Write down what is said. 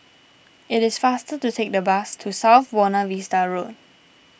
it is faster to take the bus to South Buona Vista Road